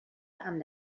amb